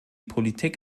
politik